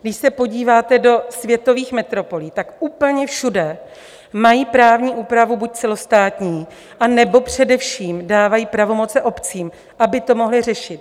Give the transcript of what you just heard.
Když se podíváte do světových metropolí, úplně všude mají právní úpravu buď celostátní, anebo především dávají pravomoce obcím, aby to mohly řešit.